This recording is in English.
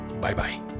Bye-bye